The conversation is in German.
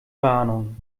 warnung